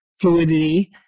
fluidity